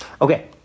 Okay